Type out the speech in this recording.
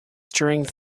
string